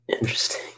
Interesting